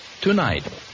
Tonight